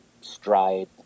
stride